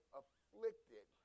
afflicted